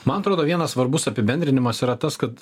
man atrodo vienas svarbus apibendrinimas yra tas kad